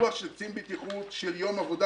הפיקוח של קצין בטיחות של יום עבודה